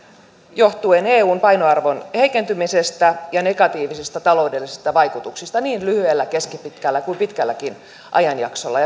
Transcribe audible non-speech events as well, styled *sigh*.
johtuen eun painoarvon heikentymisestä ja negatiivisista taloudellisista vaikutuksista niin lyhyellä keskipitkällä kuin pitkälläkin ajanjaksolla *unintelligible*